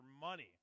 money